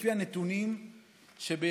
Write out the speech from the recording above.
לפי הנתונים שבידי,